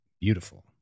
beautiful